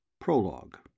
Prologue